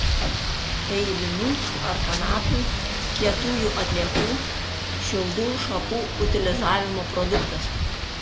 tai linų ar kanapių kietųjų atliekų šiaudų šapų utilizavimo produktas